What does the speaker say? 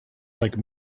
like